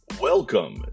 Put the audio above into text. Welcome